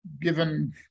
given